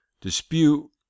Dispute